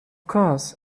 course